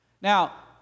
Now